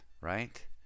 right